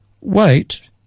Wait